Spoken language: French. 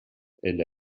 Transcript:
elle